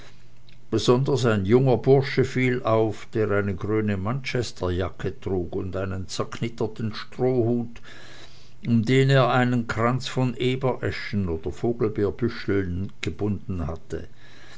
besonders ein junger bursche fiel auf der eine grüne manchesterjacke trug und einen zerknitterten strohhut um den er einen kranz von ebereschen oder vogelbeerbüscheln gebunden hatte